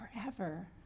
forever